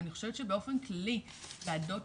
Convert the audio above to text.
אני חושבת שבאופן כללי ועדות